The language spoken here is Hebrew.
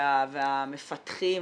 המפתחים,